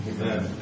Amen